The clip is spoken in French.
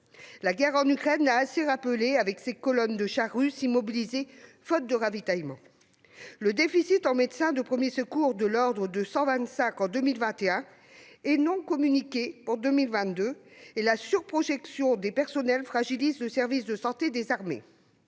La guerre en Ukraine l'a assez rappelé avec ses colonnes de chars russes immobilisés faute de ravitaillement. Le déficit en médecins de premier recours, de l'ordre de cent vingt-cinq en 2021 et non communiqué pour 2022, et la surprojection des personnels fragilisent le service de santé des armées.